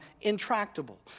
intractable